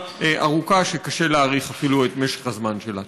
ארוכה שקשה להעריך אפילו את משך הזמן שלה.